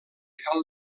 cal